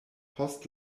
post